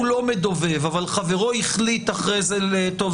לא מדובב אבל חברו החליט אחר כך לספר טוב,